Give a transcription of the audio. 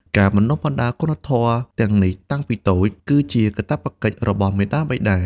ការបណ្ដុះបណ្ដាលគុណធម៌ទាំងនេះតាំងពីតូច គឺជាកាតព្វកិច្ចរបស់មាតាបិតា។